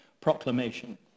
proclamation